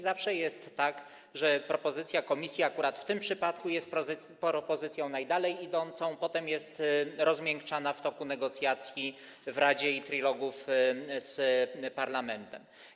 Zawsze jest tak, że propozycja Komisji akurat w tym przypadku jest propozycją najdalej idącą, a potem jest rozmiękczana w toku negocjacji w Radzie i trilogu z Parlamentem.